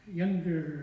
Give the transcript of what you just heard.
younger